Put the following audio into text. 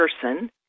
person